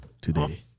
Today